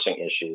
issues